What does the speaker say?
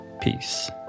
Peace